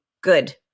good